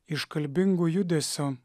iškalbingu judesiu